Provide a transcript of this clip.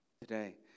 Today